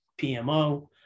PMO